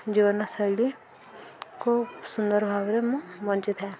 ଜୀବନ ଶୈଳୀକୁ ସୁନ୍ଦର ଭାବରେ ମୁଁ ବଞ୍ଚିଥାଏ